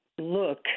look